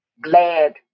glad